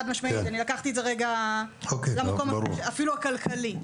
לקחתי את זה לרגע אפילו לקטע הכלכלי.